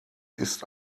ist